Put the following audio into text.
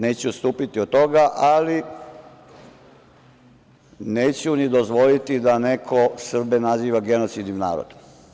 Neću odstupiti od toga, ali neću ni dozvoliti da neko Srbe naziva genocidnim narodom.